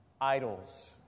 idols